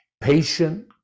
patient